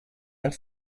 and